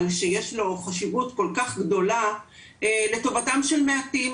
שיש לו חשיבות כל כך גדולה לטובתם של מעטים.